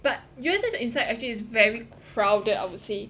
but U_S_S inside actually is very crowded I would say